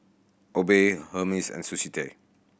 Obey Hermes and Sushi Tei